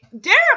Derek